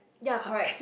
ya correct